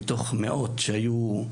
מתוך מאות שהיו,